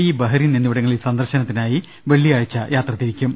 E Bahrain എന്നി വിടങ്ങളിൽ സന്ദർശനത്തിനായി വെള്ളിയാഴ്ച യാത്ര തിരിക്കും